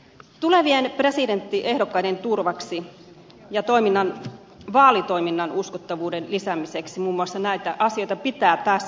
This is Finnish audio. tulevien presidenttiehdokkaiden turvaksi ja vaalitoiminnan uskottavuuden lisäämiseksi muun muassa näitä asioita pitää täsmentää